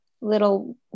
little